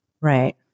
Right